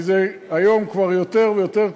היום זה כבר קיים יותר ויותר.